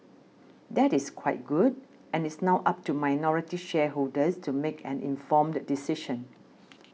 that is quite good and it's now up to minority shareholders to make an informed decision